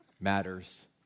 Matters